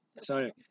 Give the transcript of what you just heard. Sorry